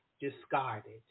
discarded